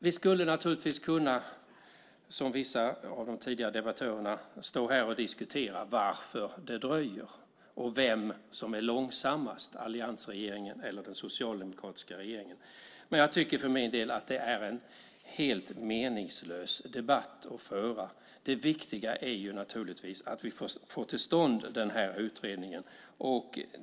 Vi skulle naturligtvis kunna, som vissa av de tidigare debattörerna gjort, diskutera varför det dröjer och vem som varit långsammast, alliansregeringen eller den socialdemokratiska regeringen. Men jag tycker för min del att det är en helt meningslös debatt att föra. Det viktiga är naturligtvis att få till stånd en utredning.